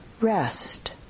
rest